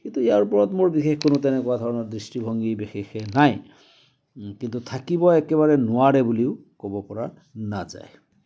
কিন্তু ইয়াৰ ওপৰত মোৰ বিশেষ কোনো তেনেকুৱা ধৰণৰ দৃষ্টিভংগী বিশেষে নাই কিন্তু থাকিব একেবাৰে নোৱাৰে বুলিও ক'ব পৰা নাযায়